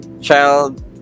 child